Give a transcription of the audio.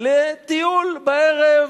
לטיול בערב